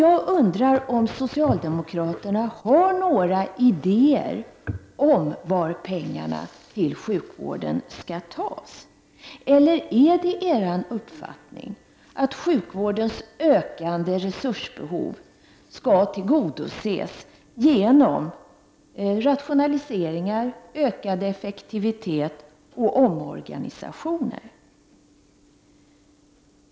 Jag undrar om socialdemokraterna har några idéer om varifrån pengarna till sjukvården skall tas, eller är det socialdemokraternas uppfattning att sjukvårdens ökande resursbehov skall tillgodoses genom rationaliseringar, ökad effektivitet och omorganisationer?